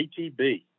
ATB